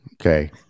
Okay